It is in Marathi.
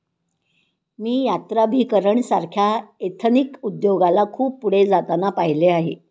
मी यात्राभिकरण सारख्या एथनिक उद्योगाला खूप पुढे जाताना पाहिले आहे